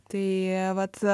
tai vat